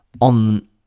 on